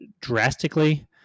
drastically